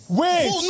wait